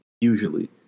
usually